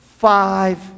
Five